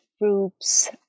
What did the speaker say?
groups